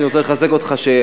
שאני רוצה לחזק אותך בה,